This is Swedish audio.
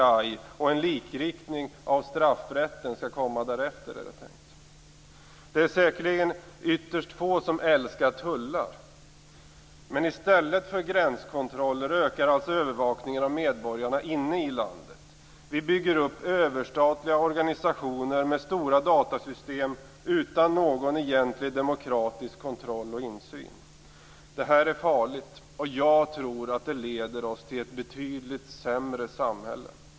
Det är tänkt att en likriktning av straffrätten skall komma därefter. Det är säkerligen ytterst få som älskar tullar. Men i stället för gränskontroller ökar alltså övervakningen av medborgarna inne i landet. Vi bygger upp överstatliga organisationer med stora datasystem utan någon egentlig demokratisk kontroll och insyn. Det här är farligt. Jag tror att det leder oss till ett betydligt sämre samhälle.